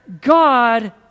God